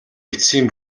эцсийн